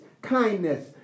Kindness